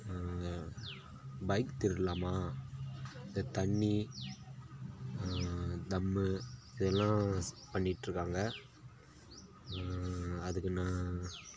bike திருடலாமா இந்த தண்ணி தம்மு இதெல்லாம் பண்ணிகிட்ருக்காங்க அதுக்கு நான்